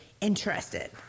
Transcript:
interested